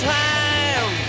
time